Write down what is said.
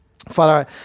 Father